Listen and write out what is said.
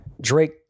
Drake